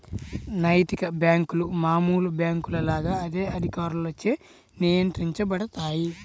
నైతిక బ్యేంకులు మామూలు బ్యేంకుల లాగా అదే అధికారులచే నియంత్రించబడతాయి